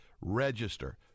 Register